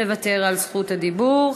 מוותר על זכות הדיבור.